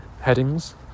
headings